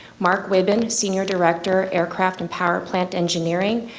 mark wibben, senior director, aircraft and power plant engineering,